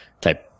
type